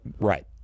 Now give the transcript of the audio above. right